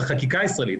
בחקיקה הישראלית.